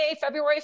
February